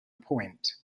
point